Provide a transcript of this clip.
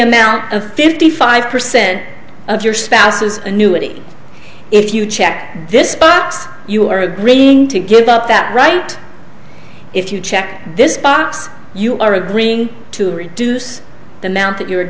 amount of fifty five percent of your spouse's annuity if you check this box you are agreeing to give up that right if you check this box you are agreeing to reduce the amount that you w